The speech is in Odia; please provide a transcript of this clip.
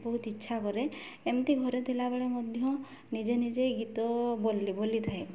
ବହୁତ ଇଚ୍ଛା କରେ ଏମିତି ଘରେ ଥିଲାବେଳେ ମଧ୍ୟ ନିଜେ ନିଜେ ଗୀତ ବୋଲି ବୋଲିଥାଏ